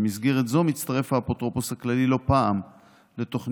במסגרת זו מצטרף האפוטרופוס הכללי לא פעם לתוכניות